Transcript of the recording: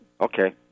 okay